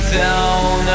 down